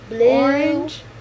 orange